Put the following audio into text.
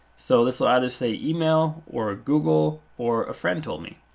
so this will either say email, or ah google, or a friend told me.